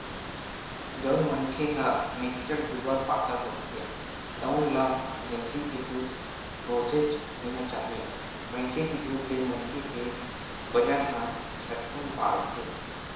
जउन मनखे ह निच्चट दुबर पातर होथे तउन ल भइसी के दूद रोजेच पीना चाही, भइसी के दूद ले मनखे के बजन ह झटकुन बाड़थे